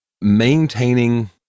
maintaining